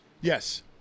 Yes